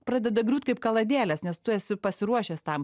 pradeda griūt kaip kaladėlės nes tu esi pasiruošęs tam